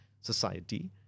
society